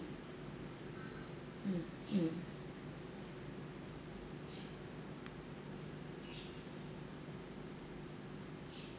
mm mm